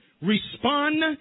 Respond